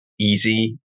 easy